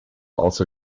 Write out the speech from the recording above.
also